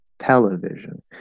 television